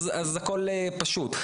אז הכל פשוט,